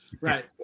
Right